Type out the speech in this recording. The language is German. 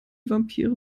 vampire